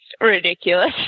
ridiculous